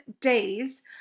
days